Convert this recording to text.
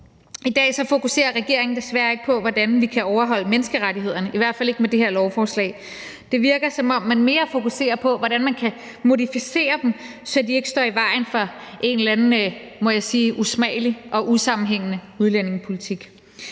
I dag fokuserer regeringen desværre ikke på, hvordan vi kan overholde menneskerettighederne – i hvert fald ikke med det her lovforslag. Det virker, som om man mere fokuserer på, hvordan man kan modificere dem, så de ikke står i vejen for en eller anden, må jeg sige usmagelig og usammenhængende udlændingepolitik.